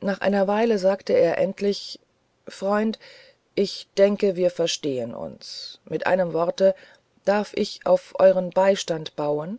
nach einer weile sagte er endlich freund ich denke wir verstehn uns mit einem worte darf ich auf euren beistand bauen